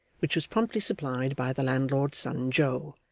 which was promptly supplied by the landlord's son joe,